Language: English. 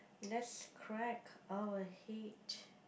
let's crack our head